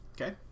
okay